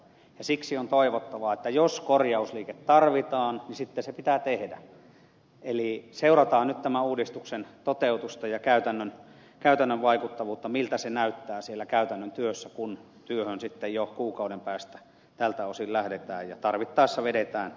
siksi on toivottavaa että jos korjausliike tarvitaan sitten se pitää tehdä eli seurataan nyt tämän uudistuksen toteutusta ja käytännön vaikuttavuutta miltä se näyttää siellä käytännön työssä kun työhön sitten jo kuukauden päästä tältä osin lähdetään ja tarvittaessa vedetään sitten johtopäätöksiä